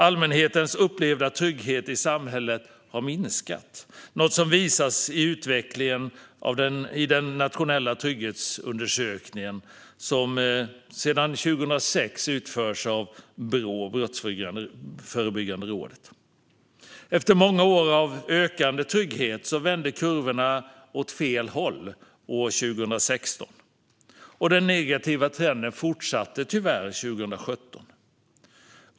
Allmänhetens upplevda trygghet i samhället har minskat, något som visas av utvecklingen i den nationella trygghetsundersökningen, som sedan 2006 utförs årligen av Brå, Brottsförebyggande rådet. Efter många år av ökande trygghet vände kurvorna åt fel håll 2016, och den negativa trenden fortsatte tyvärr 2017.